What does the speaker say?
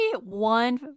one